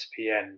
ESPN